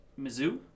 Mizzou